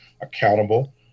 accountable